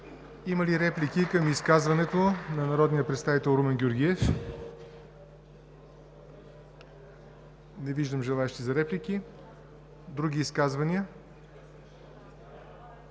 Има ли реплики към изказването на народния представител Румен Георгиев? Не виждам желаещи за реплики. Други изказвания?